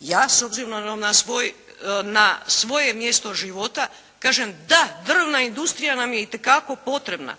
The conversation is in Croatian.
Ja s obzirom na svoje mjesto života kažem, da, drvna industrija nam je itekako potrebna.